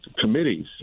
committees